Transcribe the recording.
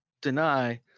deny